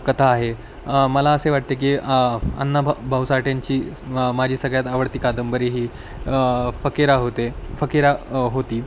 कथा आहे मला असे वाटते की अण्णाभाऊ भाऊ साठेंची माझी सगळ्यात आवडती कादंबरी ही फकिरा होते फकिरा होती